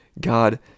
God